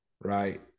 right